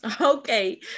Okay